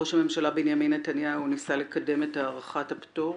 ראש הממשלה בנימין נתניהו ניסה לקדם את הארכת הפטור